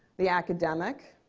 the academic,